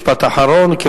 משפט אחרון.